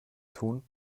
tun